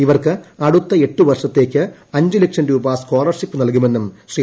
ഇവർക്ക് അടുത്ത എട്ട് വർഷത്തേയ്ക്ക് അഞ്ച് ലക്ഷം രൂപ സ്കോളർഷിപ്പ് നൽകുമെന്നും ശ്രീ